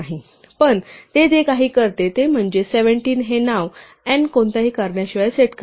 पण ते जे काही करते ते म्हणजे 17 हे नाव n कोणत्याही कारणाशिवाय सेट करते